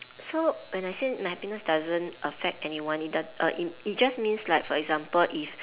so when I say my happiness doesn't affect anyone it doesn~ it just means like for example if